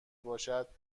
باشد